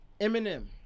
Eminem